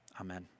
amen